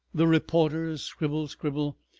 the reporters scribble, scribble.